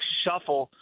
shuffle